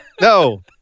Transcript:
No